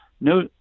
no